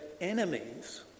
enemies